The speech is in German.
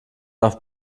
auf